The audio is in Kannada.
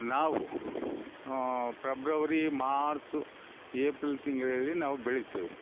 ನಾವು ಪ್ರಬ್ರವರಿ ಮಾರ್ಚ್ ಏಪ್ರಿಲ್ ತಿಂಗಳಲ್ಲಿ ನಾವು ಬೆಳಿತೀವಿ